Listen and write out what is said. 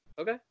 Okay